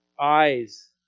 Eyes